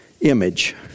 image